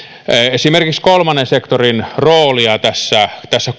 esimerkiksi kolmannen sektorin roolia tässä tässä